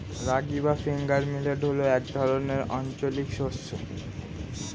রাগী বা finger millet হল এক ধরনের আঞ্চলিক শস্য